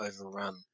overrun